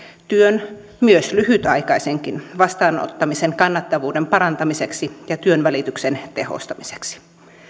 työn lyhytaikaisenkin vastaanottamisen kannattavuuden parantamiseksi ja työnvälityksen tehostamiseksi